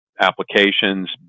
applications